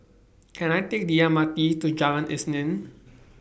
Can I Take The M R T to Jalan Isnin